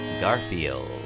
Garfield